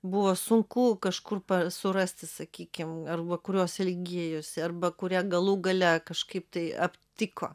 buvo sunku kažkur surasti sakykim arba kurios ilgėjosi arba kurią galų gale kažkaip tai aptiko